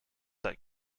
that